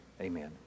Amen